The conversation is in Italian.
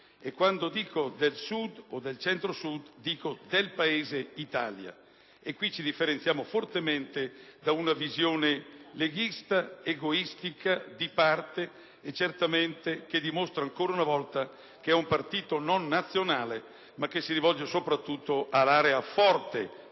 quando dico del Sud o del Centro-Sud, dico del Paese Italia. In questo ci differenziamo fortemente da una visione leghista egoistica, di parte, che dimostra ancora una volta che è un partito non nazionale ma che si rivolge soprattutto all'area forte del